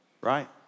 right